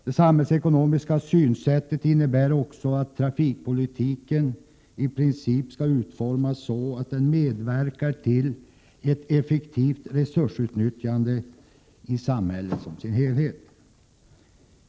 Det samhällsekonomiska synsättet innebär också att trafikpolitiken i princip skall utformas så att den medverkar till ett effektivt resursutnyttjande i samhället som helhet.